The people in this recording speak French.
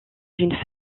une